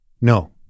No